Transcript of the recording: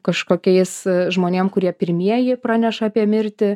kažkokiais žmonėm kurie pirmieji praneša apie mirtį